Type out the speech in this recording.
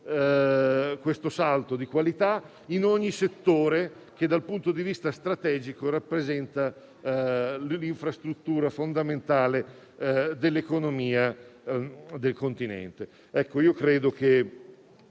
questo salto di qualità in ogni settore che dal punto di vista strategico rappresenta un'infrastruttura fondamentale dell'economia del continente. Questo è un